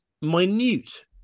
minute